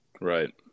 Right